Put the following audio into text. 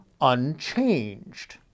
unchanged